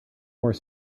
more